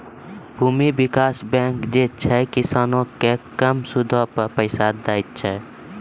भूमि विकास बैंक जे छै, किसानो के कम सूदो पे पैसा दै छे